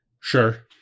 Sure